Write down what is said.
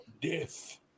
death